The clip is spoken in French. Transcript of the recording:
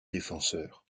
défenseur